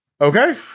Okay